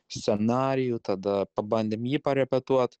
scenarijų tada pabandėm jį parepetuot